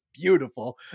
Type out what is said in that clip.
beautiful